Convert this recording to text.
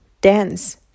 dance